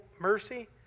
mercy